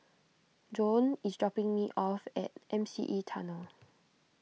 Joan is dropping me off at M C E Tunnel